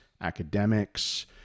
academics